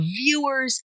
viewers